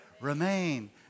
Remain